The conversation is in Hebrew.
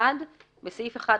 (1)בסעיף 1,